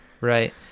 right